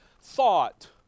thought